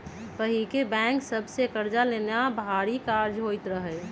पहिके बैंक सभ से कर्जा लेनाइ भारी काज होइत रहइ